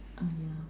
yeah